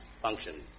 function